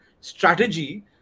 strategy